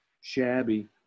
shabby